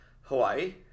Hawaii